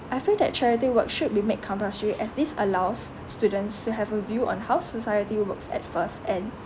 I feel that charity work should be made compulsory as this allows students to have a view on how society works at first and